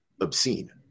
obscene